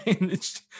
managed